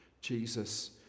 Jesus